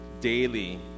daily